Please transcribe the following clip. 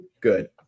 Good